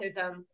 autism